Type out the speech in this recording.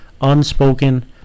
unspoken